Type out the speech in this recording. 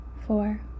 four